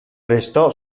restò